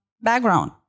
background